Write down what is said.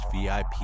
VIP